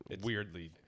weirdly